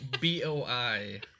B-O-I